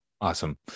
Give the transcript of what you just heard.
Awesome